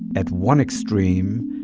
at one extreme,